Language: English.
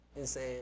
insane